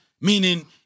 meaning